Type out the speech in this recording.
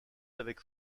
avec